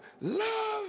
Love